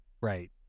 right